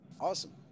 Awesome